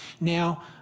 now